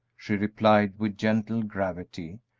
she replied, with gentle gravity,